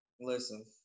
Listen